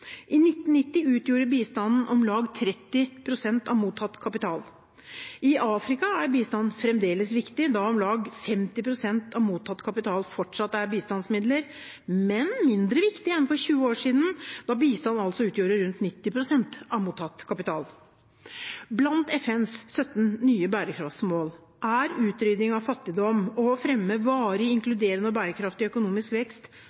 I 1990 utgjorde bistanden om lag 30 pst. av mottatt kapital. I Afrika er bistand fremdeles viktig, da om lag 50 pst. av mottatt kapital fortsatt er bistandsmidler, men mindre viktig enn for 20 år siden, da bistand altså utgjorde rundt 90 pst. av mottatt kapital. Blant FNs 17 nye bærekraftsmål er utrydding av fattigdom og å fremme varig, inkluderende og bærekraftig økonomisk vekst,